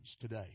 today